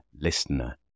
listener